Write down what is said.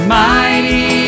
mighty